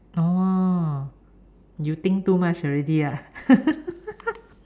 orh you think too much already ah